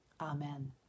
Amen